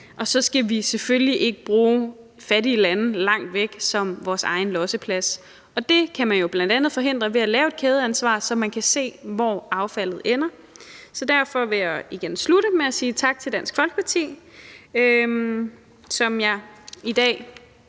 og så skal vi selvfølgelig ikke bruge fattige lande langt væk som vores egen losseplads. Og det kan man jo bl.a. forhindre ved at lave et kædeansvar, så man kan se, hvor affaldet ender. Derfor vil jeg slutte med igen at sige tak til Dansk Folkeparti, som jeg i dag